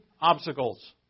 obstacles